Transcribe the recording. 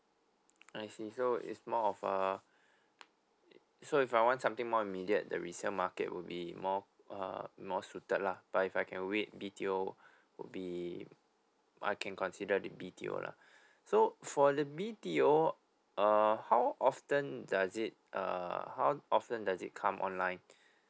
I see so it's more of a so if I want something more immediate the resale market would be more uh more suited lah but if I can wait B_T_O would be I can consider the B_T_O lah so for the B_T_O uh how often does it uh how often does it come online